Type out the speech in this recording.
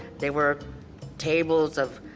there were tables of